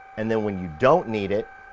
and then when you don't need it,